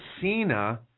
Cena